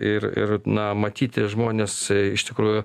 ir ir na matyti žmones iš tikrųjų